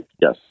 Yes